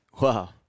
Wow